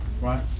Right